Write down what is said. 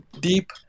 deep